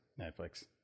Netflix